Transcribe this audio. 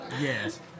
Yes